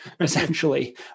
essentially